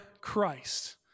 Christ